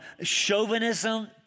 chauvinism